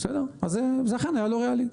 זה אכן היה לא ריאלי.